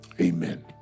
Amen